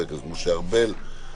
משה ארבל,